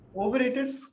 Overrated